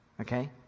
Okay